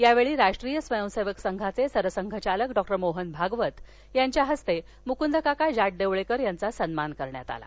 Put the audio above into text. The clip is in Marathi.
यावेळी राष्ट्रीय स्वयंसेवक संघाचे सरसंघचालक मोहन भागवत यांच्या हस्ते मुकुंद काका जाटदेवळेकर यांचा सन्मान करण्यात आला